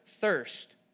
thirst